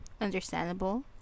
understandable